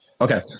Okay